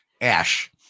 ash